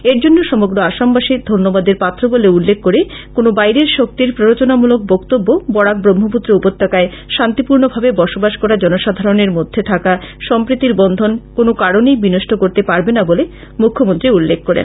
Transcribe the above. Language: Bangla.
এরজন্য সমগ্র আসামবাসী ধন্যবাদের পাত্র বলে উল্লেখ করে কোন বাইরের শক্তির প্রোরচনামলক বক্তব্য বরাক ব্রহ্মপুত্র উপত্যকায় শান্তিপূর্নভাবে বসবাস করা জনসাধারনের মধ্যে থাকা সম্প্রীতির বন্ধন কোন কারনেই বিনষ্ট করতে পারবে না বলে মূখ্যমন্ত্রী উল্লেখ করেন